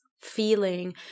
feeling